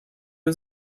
was